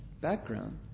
background